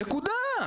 נקודה.